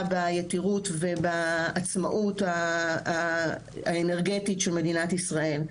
ביתירות ובעצמאות האנרגטית של מדינת ישראל.